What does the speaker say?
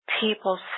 people